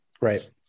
Right